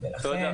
לכן